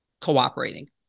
cooperating